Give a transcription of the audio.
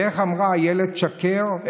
ואיך אמרה אילת שקד?